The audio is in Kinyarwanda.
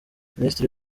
minisitiri